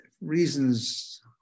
reasons